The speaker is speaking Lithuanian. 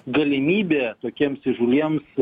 galimybė tokiems įžūliems